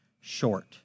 short